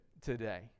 today